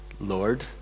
lord